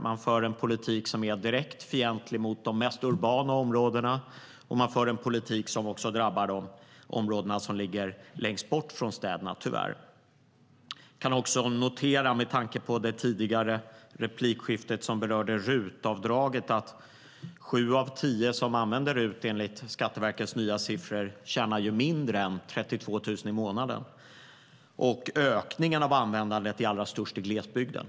Den för en politik som är direkt fientlig mot de mest urbana områdena och en politik som tyvärr också drabbar de områden som ligger längst bort från städerna. Med tanke på det tidigare replikskiftet som berörde RUT-avdraget kan vi också notera att sju av tio som använder RUT enligt Skatteverkets nya siffror tjänar mindre än 32 000 kronor i månaden, och ökningen av användandet är allra störst i glesbygden.